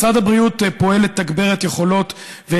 משרד הבריאות פועל לתגבר את יכולות הפיקוח